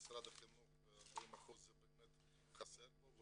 משרד החינוך 40% זה באמת חסר פה,